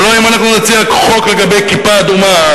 הלוא אם אנחנו נציע חוק לגבי "כיפה אדומה",